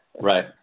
Right